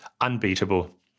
Unbeatable